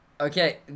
Okay